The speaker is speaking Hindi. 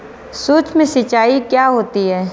सुक्ष्म सिंचाई क्या होती है?